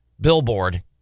billboard